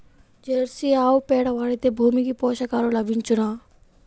Jersey ఆవు పేడ వాడితే భూమికి పోషకాలు లభించునా?